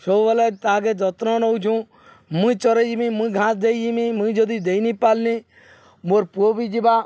ସବୁବେଲେ ତାଗେ ଯତ୍ନ ନଉଛୁଁ ମୁଇଁ ଚରେଇ ଯିମି ମୁଇଁ ଘାସ ଦେଇ ଯିମି ମୁଇଁ ଯଦି ଦେଇନି ପାରନି ମୋର ପୁଅ ବି ଯିବା